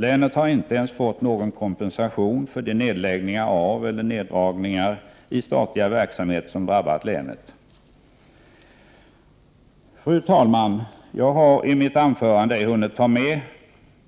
Länet har inte ens fått någon kompensation för de nedläggningar av eller neddragningar i statliga verksamheter som drabbat länet. Fru talman! Jag har i mitt anförande ej hunnit ta med